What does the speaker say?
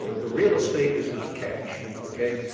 the real estate is not cash. okay?